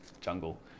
jungle